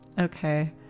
Okay